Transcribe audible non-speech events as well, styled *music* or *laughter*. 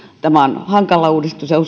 tämä on hankala uudistus ja *unintelligible*